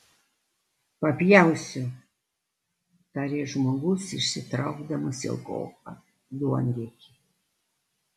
papjausiu tarė žmogus išsitraukdamas ilgoką duonriekį